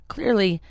Clearly